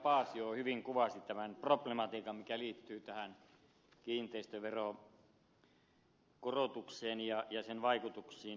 paasio hyvin kuvasi tämän problematiikan joka liittyy tähän kiinteistöveron korotukseen ja sen vaikutuksiin